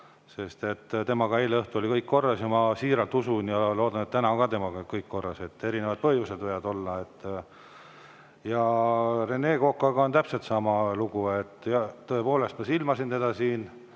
sest eile õhtul oli temaga kõik korras. Ma siiralt usun ja loodan, et täna on temaga ka kõik korras. Erinevad põhjused võivad olla. Ja Rene Kokaga on täpselt sama lugu. Tõepoolest, ma silmasin teda siin